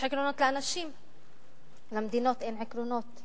יש עקרונות לאנשים, למדינות אין עקרונות.